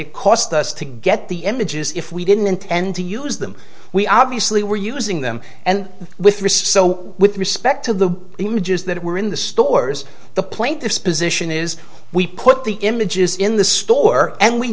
it cost us to get the images if we didn't intend to use them we obviously were using them with risp so with respect to the images that were in the stores the plaintiff's position is we put the images in the store and we